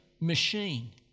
machine